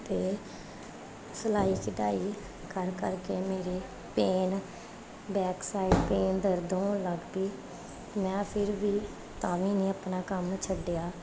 ਅਤੇ ਸਲਾਈ ਕਢਾਈ ਕਰ ਕਰ ਕੇ ਮੇਰੇ ਪੇਨ ਬੈਕ ਸਾਈਡ ਪੇਨ ਹੋਣ ਲੱਗ ਗਈ ਮੈਂ ਫਿਰ ਵੀ ਤਾਂ ਵੀ ਨਹੀਂ ਆਪਣਾ ਕੰਮ ਛੱਡਿਆ